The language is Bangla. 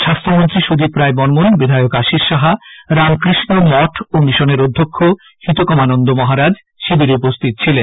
স্বাস্থ্যমন্ত্রী সুদীপরায় বর্মন বিধায়ক আশীষ সাহা রামকৃষ্ণ মঠ ও মিশনের অধ্যক্ষ হিতকামানন্দ মহারাজ শিবিরে উপস্থিত ছিলেন